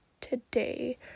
today